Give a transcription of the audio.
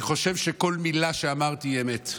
אני חושב שכל מילה שאמרתי היא אמת,